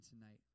tonight